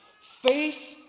Faith